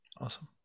Awesome